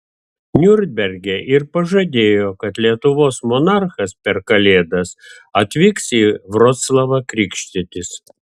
niurnberge ir pažadėjo kad lietuvos monarchas per kalėdas atvyks į vroclavą krikštytis